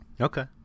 Okay